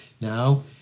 Now